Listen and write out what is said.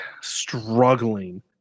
struggling